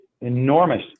enormous